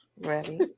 Ready